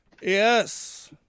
Yes